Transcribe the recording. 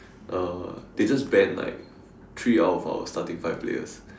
uh they just ban like three out of our starting five players